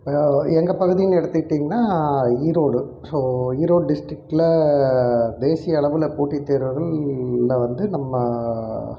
எங்கள் பகுதினு எடுத்துக்கிட்டீங்கனால் ஈரோடு ஸோ ஈரோடு டிஸ்ட்ரிகில் தேசிய அளவில் போட்டி தேர்வுகளில் வந்து நம்ம